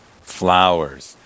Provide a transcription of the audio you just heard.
flowers